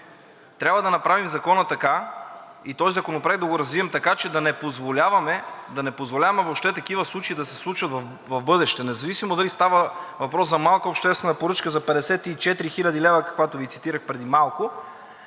трябва да направим Закона така и този законопроект да го развием така, че да не позволяваме въобще такива случаи да се случват в бъдеще, независимо дали става въпрос за малка обществена поръчка за 54 хил. лв., каквато Ви цитирах преди малко,